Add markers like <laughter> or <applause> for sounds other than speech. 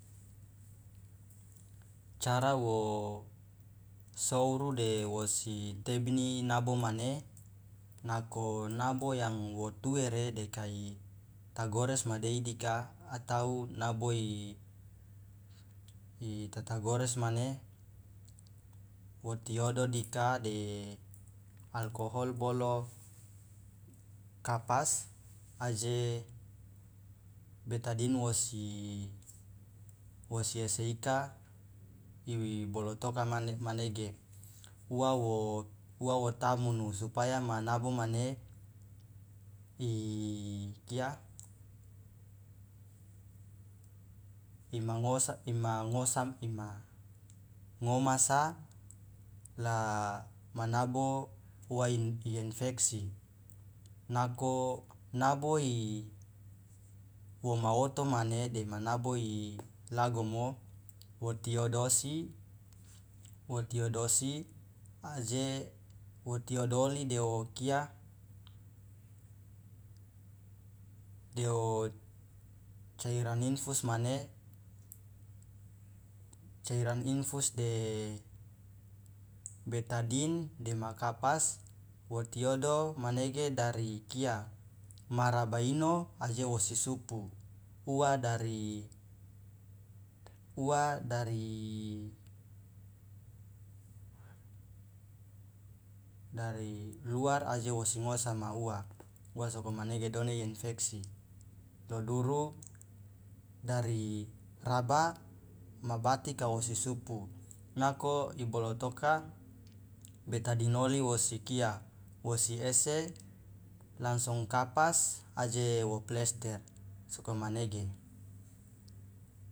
Cara wo souru de wosi tebini nabo mane nako nabo yang wo tuere de kai tagores madei dika atau nabo itatagores mane wo tiodo dika de alkohol bolo kapas aje betadin wosi ese ika ibolotoka mane manege uwa wo tamunu supaya ma nabo mane ikia imangosa imangomasa la ma nabo uwa i infeksi nako nabo woma oto mane dema nabo ilagomo wo tiodosi wo tiodosi aje wo tiodoli deo kia deo cairan infus mane cairan infus de betadin dema kapas wo tiodo manege dari kia maraba ino aje wosi supu uwa dari uwa dari dari luar aje wosi ngosama uwa uwa sokomanege done iinfeksi lo duru dari raba ma bati <noise> kawo si supu nako ibolotoka betadin oli wosi ese langsung kapas aje wo plester sokomanege.